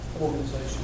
organization